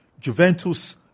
Juventus